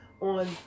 on